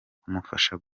kumufasha